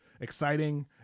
exciting